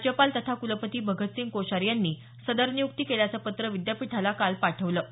राज्यपाल तथा कुलपती भगतसिंग कोश्यारी यांनी सदर नियुक्ती केल्याचं पत्र विद्यापीठाला काल पाठवलं